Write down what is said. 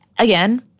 Again